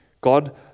God